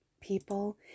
people